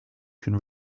can